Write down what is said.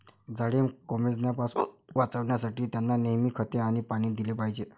झाडे कोमेजण्यापासून वाचवण्यासाठी, त्यांना नेहमी खते आणि पाणी दिले पाहिजे